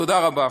תודה רבה.